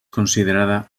considerada